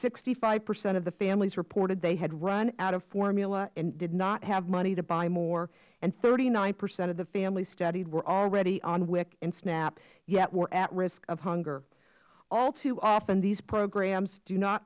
sixty five percent of the families reported they had run out of formula and did not have money to buy more and thirty nine percent of the families studied were already on wic and snap yet were at risk of hunger all too often these programs do